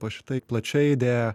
po šita plačia idėja